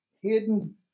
hidden